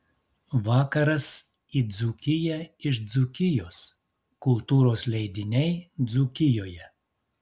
vakaras į dzūkiją iš dzūkijos kultūros leidiniai dzūkijoje